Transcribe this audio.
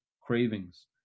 cravings